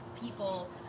people